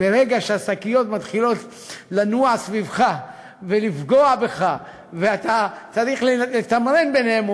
ברגע שהשקיות מתחילות לנוע סביבך ולפגוע בך ואתה צריך לתמרן ביניהן,